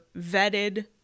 vetted